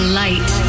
light